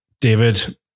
David